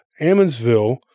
Ammonsville